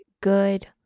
good